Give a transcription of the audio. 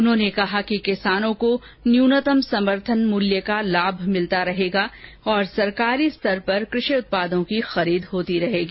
उन्होंने कहा कि किसानों को न्यूनतम समर्थन मूल्य का लाभ मिलता रहेगा और सरकारी स्तर पर कृषि उत्पादों की खरीद होती रहेगी